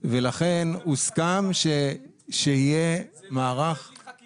ולכן הוסכם --- זה לא יקרה בלי חקיקה.